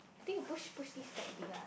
I think you push push this back abit lah